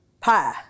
pie